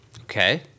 Okay